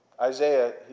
Isaiah